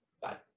Bye